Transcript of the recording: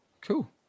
cool